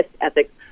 ethics